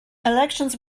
elections